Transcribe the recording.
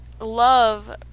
love